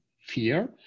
fear